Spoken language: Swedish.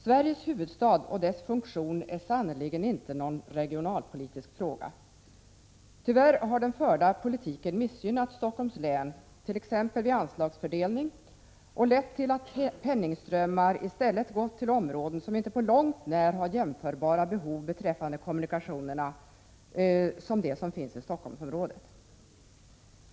Sveriges huvudstad och dess funktion är sannerligen inte någon regionalpolitisk fråga. Tyvärr har den förda politiken missgynnat Stockholms län t.ex. vid anslagsfördelning och lett till att penningströmmar i stället gått till områden som inte på långt när har jämförbara behov beträffande kommunikationerna som de som finns i Stockholmsområdet.